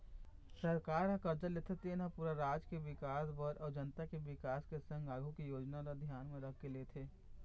सरकार ह करजा लेथे तेन हा पूरा राज के बिकास बर अउ जनता के बिकास के संग आघु के योजना ल धियान म रखके लेथे